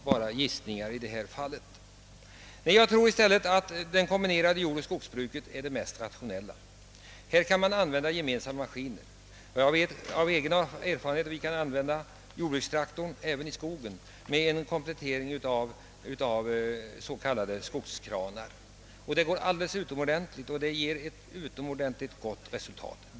Det uteblivna svaret är besked nog. Jag tror att det kombinerade jordoch skogsbruket i stället är det mest rationella. Man kan t.ex. använda samma maskiner. Jag vet av egen erfarenhet att jordbrukstraktorn kan användas även i skogen med en komplettering av skogskranar och speciella last kärror. Det ger ett utomordentligt gott resultat.